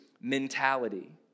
mentality